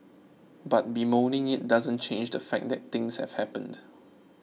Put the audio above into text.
but bemoaning it doesn't change the fact that things have happened